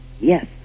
yes